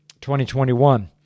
2021